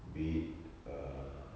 be it err